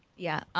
yeah,